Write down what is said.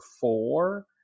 four